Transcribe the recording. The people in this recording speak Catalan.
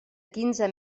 quinze